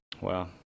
Wow